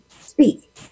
Speak